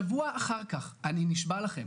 שבוע אחר כך אני נשבע לכם,